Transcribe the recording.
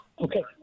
Okay